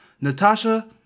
Natasha